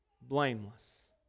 blameless